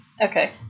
Okay